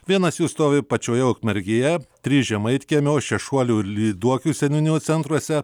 vienas jų stovi pačioje ukmergėje trys žemaitkiemio šešuolių lyduokių seniūnijų centruose